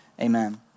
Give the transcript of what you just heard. Amen